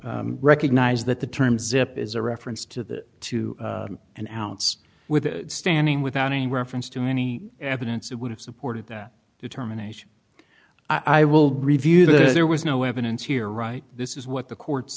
have recognized that the term zip is a reference to the to announce with standing without any reference to any evidence that would have supported that determination i will review that there was no evidence here right this is what the courts